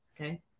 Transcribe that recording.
okay